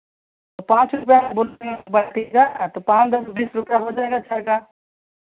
पाँच रुपये का बोले हैं बाटी का तो पाँच दस बीस रुपये हो जाएगा छः का